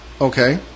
Okay